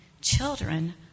Children